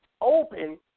open